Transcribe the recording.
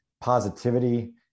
positivity